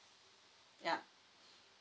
yeah